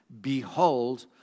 behold